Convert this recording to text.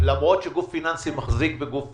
אם גוף פיננסי מחזיק בגוף פיננסי,